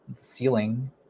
ceiling